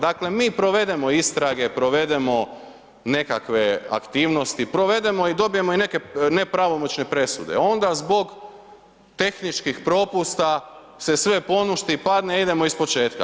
Dakle mi provedemo istrage, provedemo nekakve aktivnosti, provedemo i dobijemo i neke nepravomoćne presude a onda zbog tehničkih propusta se sve poništi, padne, idemo ispočetka.